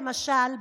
למשל,